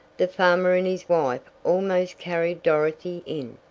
the farmer and his wife almost carried dorothy in,